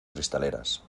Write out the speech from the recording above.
cristaleras